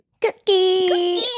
Cookie